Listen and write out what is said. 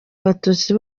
abatutsi